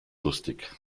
lustig